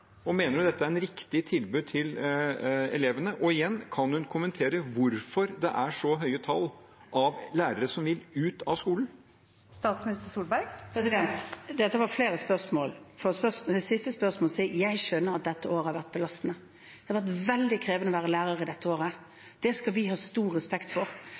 og mener hun dette er et riktig tilbud til elevene? Og igjen: Kan hun kommentere hvorfor det er så høye tall på lærere som vil ut av skolen? Dette var flere spørsmål. Til det siste spørsmålet: Jeg skjønner at dette året har vært belastende. Det har vært veldig krevende å være lærer dette året. Det skal vi ha stor respekt for.